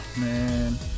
man